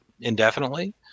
indefinitely